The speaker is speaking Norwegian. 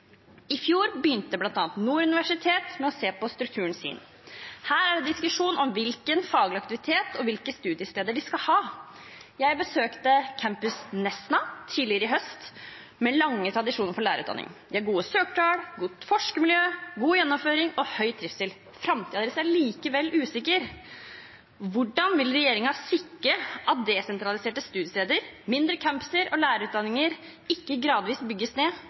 I fjor begynte bl.a. Nord universitet å se på strukturen sin. Her er det diskusjon om hvilken faglig aktivitet og hvilke studiesteder de skal ha. Jeg besøkte Campus Nesna, med lange tradisjoner for lærerutdanning, tidligere i høst. De har gode søkertall, et godt forskermiljø, god gjennomføring og høy trivsel. Framtiden deres er likevel usikker. Hvordan vil regjeringen sikre at desentraliserte studiesteder, mindre campuser og lærerutdanninger ikke gradvis bygges ned?